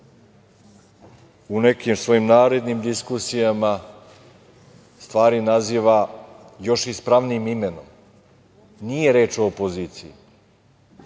u nekim svojim narednim diskusijama stvari naziva još ispravnijim imenom. Nije reč o opoziciji.